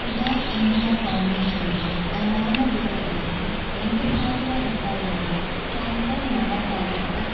Udan India ಫೌಂಡೇಶನ್ಗೆ ಅನಾಮಧೇಯವಾಗಿ ಎಂಟು ಸಾವಿರ ರುಪಾಯನ್ನು ಟ್ರಾನ್ಸ್ಫರ್ ಮಾಡೋಕ್ಕಾಗತ್ತ